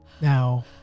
Now